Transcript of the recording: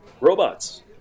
robots